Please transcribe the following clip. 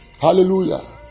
hallelujah